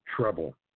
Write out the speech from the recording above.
Treble